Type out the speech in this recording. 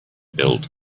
build